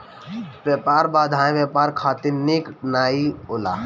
व्यापार बाधाएँ व्यापार खातिर निक नाइ होला